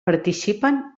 participen